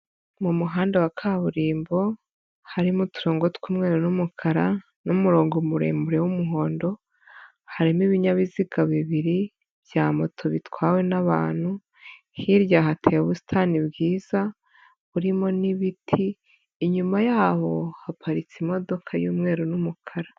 Mu muhanda wa kaburimbo, harimo uturongogo tw'umweru n'umukara n'umurongo muremure w'umuhondo, harimo ibinyabiziga bibiri bya moto bitwawe n'abantu, hirya hateye ubusitani bwiza burimo n'ibiti, inyuma yaho haparitse imodoka y'umweru n'umukara.